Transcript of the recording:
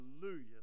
Hallelujah